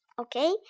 Okay